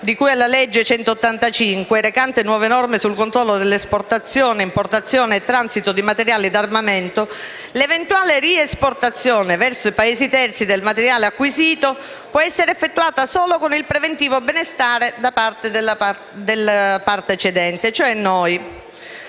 9 luglio 1990, n. 185, recante nuove norme sul controllo dell'esportazione, importazione e transito dei materiali d'armamento, l'eventuale riesportazione verso Paesi terzi del materiale acquisito può essere effettuata solo con il preventivo benestare della parte cedente, cioè noi.